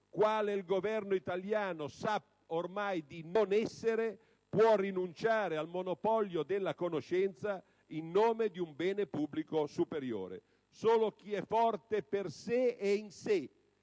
quale il Governo italiano sa ormai di non essere, può rinunciare al monopolio della conoscenza in nome di un bene pubblico superiore. Solo chi è forte per sé e in sé,